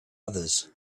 others